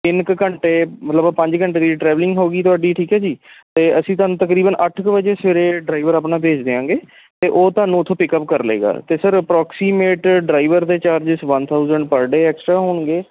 ਤਿੰਨ ਕੁ ਘੰਟੇ ਮਤਲਬ ਪੰਜ ਘੰਟੇ ਦੀ ਟਰੈਵਲਿੰਗ ਹੋਵੇਗੀ ਤੁਹਾਡੀ ਠੀਕ ਹੈ ਜੀ ਅਤੇ ਅਸੀਂ ਤੁਹਾਨੂੰ ਤਕਰੀਬਨ ਅੱਠ ਕੁ ਵਜੇ ਸਵੇਰੇ ਡਰਾਈਵਰ ਆਪਣਾ ਭੇਜ ਦਿਆਂਗੇ ਅਤੇ ਉਹ ਤੁਹਾਨੂੰ ਉੱਥੋਂ ਪਿਕਅਪ ਕਰ ਲਵੇਗਾ ਅਤੇ ਸਰ ਅਪਰੋਕਸੀਮੇਟ ਡਰਾਈਵਰ ਦੇ charges one thousand per day extra ਹੋਣਗੇ